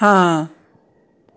ਹਾਂ